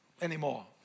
anymore